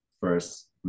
first